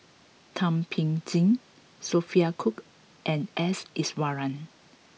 Thum Ping Tjin Sophia Cooke and S Iswaran